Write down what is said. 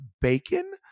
bacon